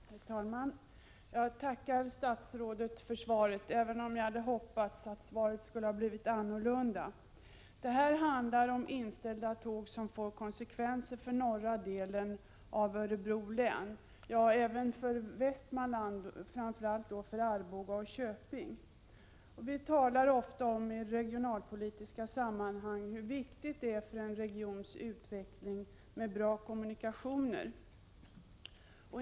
Herr talman! Jag tackar statsrådet för svaret, även om jag hade hoppats att svaret skulle ha blivit annorlunda. Det handlar här om inställda tåg, vilket får konsekvenser för norra delen av Örebro län — ja, även för Västmanland, framför allt Arboga och Köping. I regionalpolitiska sammanhang talas ofta om hur viktigt det är för en regions utveckling att man har bra kommunikationer.